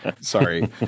Sorry